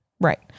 Right